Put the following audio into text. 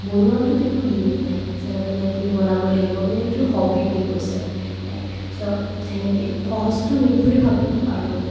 বনোৱাটোত একো লিমিট নাই যেন আপুনি আপুনি বনাবই লাগিব মানে এইটো হবি বুলি কৈছে ৰাইট চ' সেনেকৈয়ে সহজটো মেগি বুলি ভাবোঁ আৰু